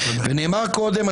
נאמר קודם,